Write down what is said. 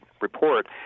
report